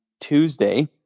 tuesday